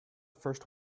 first